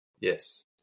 Yes